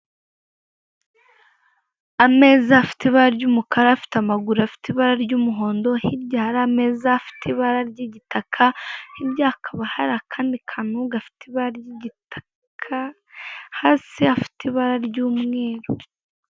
Ameza afite ibara ry'umukara, afite amaguru afite ibara ry'umuhondo, hirya hari ameza afite ibara ry'igitaka, hirya hakaba hari akandi kantu gafite ibara ry'igitaka, hasi hafite ibara ry'umweru.